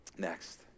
next